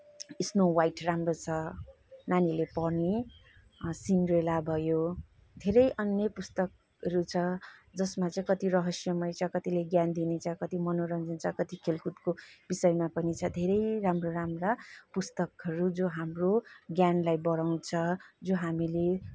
snow White राम्रो छ नानीहरूले पढ्ने सिन्ड्रेला भयो धेरै अन्य पुस्तकहरू छ जसमा चाहिँ कति रहस्यमय छ कतिले ज्ञान दिने छ कति मनोरञ्जन छ कति खेलकुदको विषयमा पनि छ धेरै राम्रा राम्रा पुस्तकहरू जो हाम्रो ज्ञानलाई बढाउँछ जो हामीले